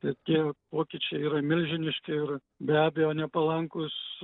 bet tie pokyčiai yra milžiniški ir be abejo nepalankūs